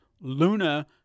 luna